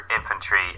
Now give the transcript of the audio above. infantry